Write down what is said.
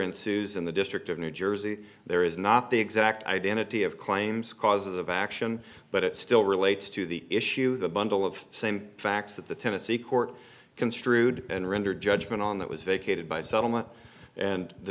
ensues in the district of new jersey there is not the exact identity of claims causes of action but it still relates to the issue the bundle of same facts that the tennessee court construed and render judgment on that was vacated by settlement and the